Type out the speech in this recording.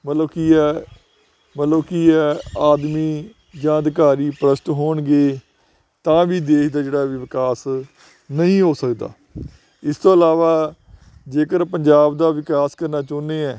ਮਤਲਬ ਕੀ ਆ ਮਤਲਬ ਕੀ ਹੈ ਆਦਮੀ ਜਾਂ ਅਧਿਕਾਰੀ ਭ੍ਰਿਸ਼ਟ ਹੋਣਗੇ ਤਾਂ ਵੀ ਦੇਸ਼ ਦਾ ਜਿਹੜਾ ਵਿਕਾਸ ਨਹੀਂ ਹੋ ਸਕਦਾ ਇਸ ਤੋਂ ਇਲਾਵਾ ਜੇਕਰ ਪੰਜਾਬ ਦਾ ਵਿਕਾਸ ਕਰਨਾ ਚਾਹੁੰਦੇ ਹਾਂ